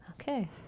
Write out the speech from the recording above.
Okay